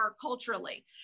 culturally